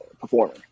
performer